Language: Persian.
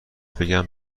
بگم